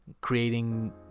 creating